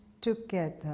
together